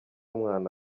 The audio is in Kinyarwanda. umwana